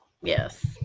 yes